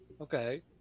okay